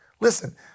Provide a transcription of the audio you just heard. Listen